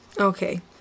Okay